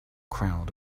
crowd